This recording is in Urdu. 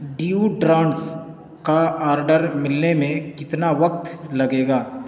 ڈیوڈرنٹس کا آرڈر ملنے میں کتنا وقت لگے گا